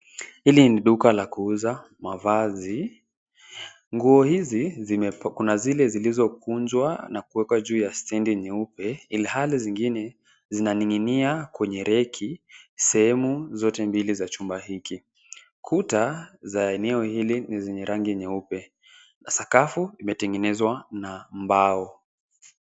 Hili ni duka la kuuza mavazi. Nguo hizi kuna zile zilizo kunjwa na kuwekwa juu ya stendi nyeupe ilhali zingine zina zinanig'inia kwenye reki. Sehemu zote mbili za chumba hiki. Kuta za eneo hili ni zenye rangi nyeupe na sakafu imetengenezwa na mbao.